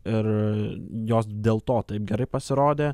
ir jos dėl to taip gerai pasirodė